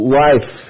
life